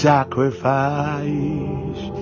Sacrifice